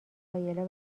کایلا